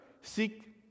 Seek